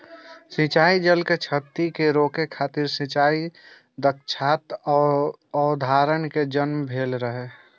सिंचाइ जल के क्षति कें रोकै खातिर सिंचाइ दक्षताक अवधारणा के जन्म भेल रहै